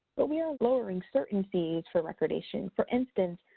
but we are lowering certain fees for recordation. for instance,